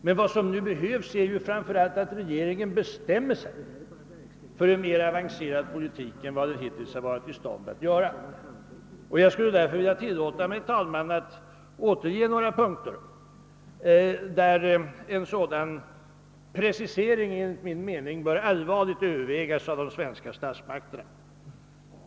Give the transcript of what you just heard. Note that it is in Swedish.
Men vad som nu behövs är framför allt att regeringen bestämmer sig för en mer avancerad politik än den som man hittills varit i stånd att föra. Jag skall därför ange några punkter där en sådan precisering enligt min mening bör allvarligt övervägas av de svenska statsmakterna.